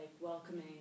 welcoming